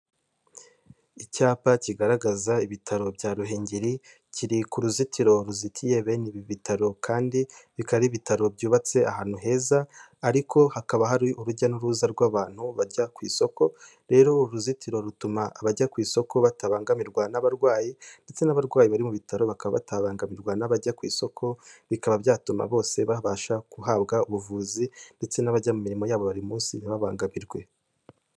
Icyapa kigaragaza ibitaro bya Ruhengeri, kiri ku ruzitiro ruzitiye bene ibi bitaro, kandi bikaba ari ibitaro byubatse ahantu heza, ariko hakaba hari urujya n'uruza rw'abantu bajya ku isoko, rero uru ruzitiro rutuma abajya ku isoko batabangamirwa n'abarwayi, ndetse n'abarwayi bari mu bitaro bakaba batabangamirwa n'abajya ku isoko, bikaba byatuma bose babasha guhabwa ubuvuzi, ndetse n'abajya mu mirimo yabo ya buri munsi ntibabangamirwe.